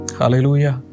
Hallelujah